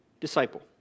disciple